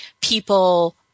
people